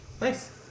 Nice